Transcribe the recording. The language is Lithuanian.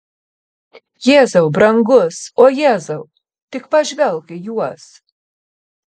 jėzau brangus o jėzau tik pažvelk į juos